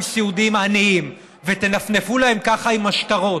סיעודיים עניים ותנפנפו להם ככה עם השטרות,